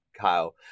Kyle